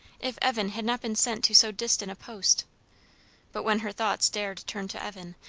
if evan had not been sent to so distant a post but when her thoughts dared turn to evan,